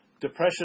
depression